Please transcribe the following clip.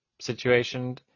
situation